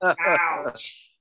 Ouch